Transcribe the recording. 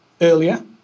earlier